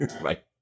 Right